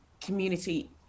community